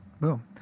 Boom